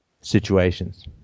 situations